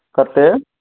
कत्तेक